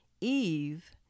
Eve